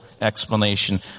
explanation